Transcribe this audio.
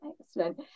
Excellent